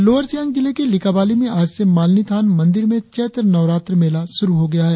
lower Siang जिले के लिकाबाली में आज से मालिनिथान मंदिर में चैत्र नवरात्र मेला शुरु हो गया है